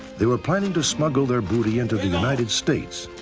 they were planning to smuggle their booty into the united states.